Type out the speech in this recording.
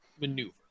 maneuver